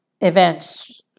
events